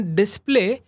display